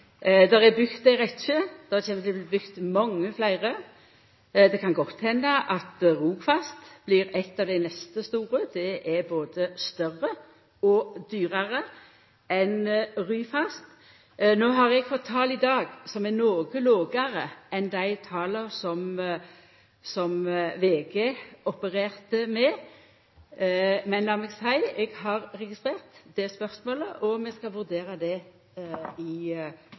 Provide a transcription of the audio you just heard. Det er bygt ei rekkje, det kjem til å bli bygt mange fleire. Det kan godt henda at Rogfast blir eit av dei neste store prosjekta. Det er både større og dyrare enn Ryfast. Eg har fått tal i dag som er noko lågare enn dei tala som VG opererte med, men lat meg seia at eg har registrert det spørsmålet, og vi skal vurdera det i